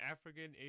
African